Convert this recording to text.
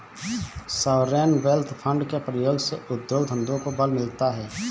sovereign wealth fund के प्रयोग से उद्योग धंधों को बल मिलता है